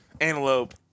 antelope